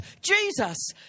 Jesus